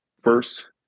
first